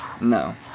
No